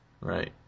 right